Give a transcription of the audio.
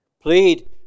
Plead